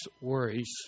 worries